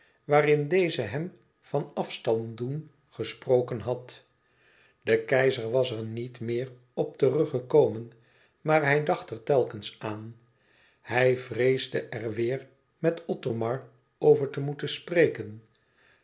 waarin deze hem van afstand doen gesproken had de keizer was er niet meer op terug gekomen maar hij dacht er telkens aan hij vreesde er weêr met othomar over te moeten spreken